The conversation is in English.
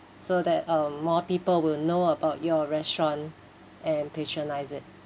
so that um more people will know about your restaurant and patronise it